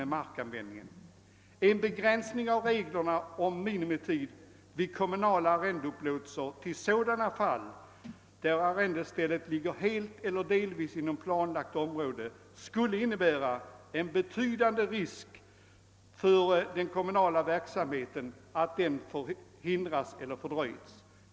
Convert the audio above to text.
En begränsning av reglerna om minimitid vid kommunala arrendeupplåtelser till sådana fall där arrendestället ligger helt eller delvis inom planlagt område skulle innebära en betydande risk för att den kommunala verksamheten hindras eller fördröjs.